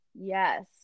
yes